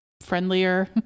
Friendlier